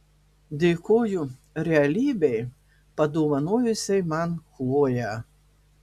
dėkoju realybei padovanojusiai man chloję